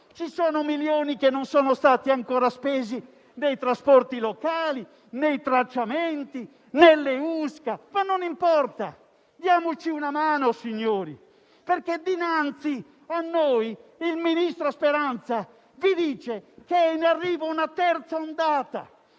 ci sono milioni che non sono stati ancora spesi nei trasporti locali, nei tracciamenti, nelle USCA. Ma non importa; diamoci una mano, signori, perché dinanzi a noi il ministro Speranza vi dice che è in arrivo una terza ondata,